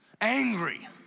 angry